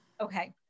Okay